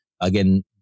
again